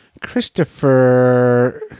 Christopher